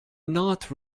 not